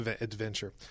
adventure